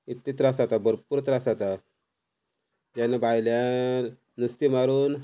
इतलें त्रास जाता भरपूर त्रास जाता जेन्ना भायल्यान नुस्तें मारून